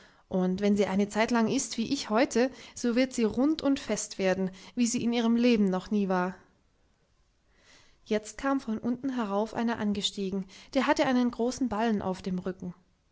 und wenn sie eine zeitlang ißt wie ich heute so wird sie rund und fest werden wie sie in ihrem leben noch nie war jetzt kam von unten herauf einer angestiegen der hatte einen großen ballen auf dem rücken